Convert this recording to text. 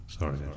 Sorry